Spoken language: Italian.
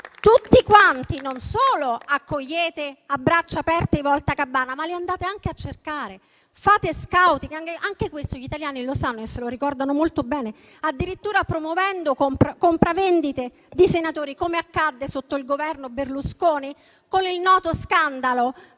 tutti quanti voi non solo accogliete a braccia aperte voltagabbana, ma li andate anche a cercare, fate *scouting* - anche questo gli italiani lo sanno e se lo ricordano molto bene - addirittura promuovendo compravendite di senatori, come accadde sotto il Governo Berlusconi, con il noto scandalo